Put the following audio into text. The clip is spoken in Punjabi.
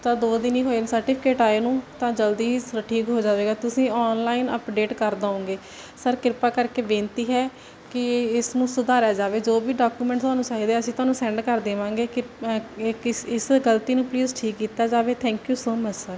ਤਾਂ ਦੋ ਦਿਨ ਹੀ ਹੋਏ ਨੇ ਸਰਟੀਫਿਕੇਟ ਆਏ ਨੂੰ ਤਾਂ ਜਲਦੀ ਠੀਕ ਹੋ ਜਾਵੇਗਾ ਤੁਸੀਂ ਆਨਲਾਈਨ ਅਪਡੇਟ ਕਰ ਦੋਗੇ ਸਰ ਕਿਰਪਾ ਕਰਕੇ ਬੇਨਤੀ ਹੈ ਕਿ ਇਸ ਨੂੰ ਸੁਧਾਰਿਆ ਜਾਵੇ ਜੋ ਵੀ ਡਾਕੂਮੈਂਟ ਤੁਹਾਨੂੰ ਚਾਹੀਦੇ ਅਸੀਂ ਤੁਹਾਨੂੰ ਸੈਂਡ ਕਰ ਦੇਵਾਂਗੇ ਕਿ ਇਸ ਗਲਤੀ ਨੂੰ ਪਲੀਜ਼ ਠੀਕ ਕੀਤਾ ਜਾਵੇ ਥੈਂਕਯੂ ਸੋ ਮੱਚ ਸਰ